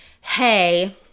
hey